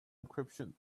encryption